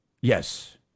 Yes